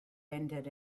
ended